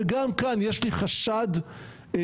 וגם כאן יש לי חשד סביר,